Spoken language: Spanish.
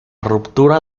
ruptura